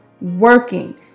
working